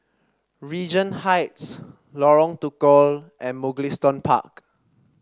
Regent Heights Lorong Tukol and Mugliston Park